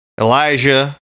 Elijah